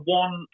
one